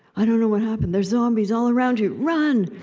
i don't know what happened. there's zombies all around you. run!